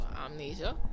Amnesia